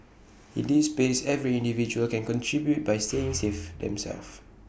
in this space every individual can contribute by staying safe themselves